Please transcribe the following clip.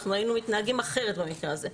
אנחנו היינו מתנהגים אחרת במקרה הזה,